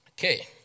okay